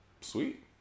sweet